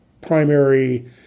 primary